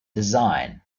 design